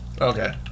Okay